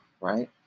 right